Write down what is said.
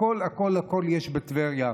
הכול הכול הכול יש בטבריה.